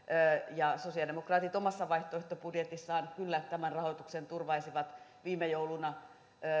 ja sosiaalidemokraatit omassa vaihtoehtobudjetissaan kyllä tämän rahoituksen turvaisivat viime jouluna